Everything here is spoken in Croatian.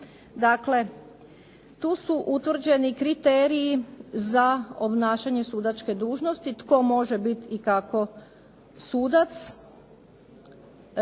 dakle, tu su utvrđeni kriteriji za obnašanje sudačke dužnosti, tko može biti i kako sudac.